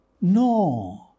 No